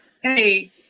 hey